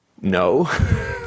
no